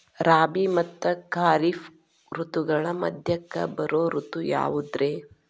ರಾಬಿ ಮತ್ತ ಖಾರಿಫ್ ಋತುಗಳ ಮಧ್ಯಕ್ಕ ಬರೋ ಋತು ಯಾವುದ್ರೇ?